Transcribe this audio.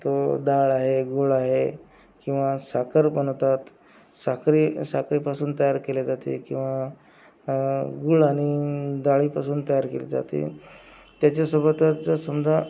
तो डाळ आहे गूळ आहे किंवा साखर बनवतात साखरे साखरेपासून तयार केले जाते किंवा गूळ आणि डाळीपासून तयार केले जाते त्याच्यासोबतच जर समजा